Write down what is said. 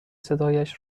صدایش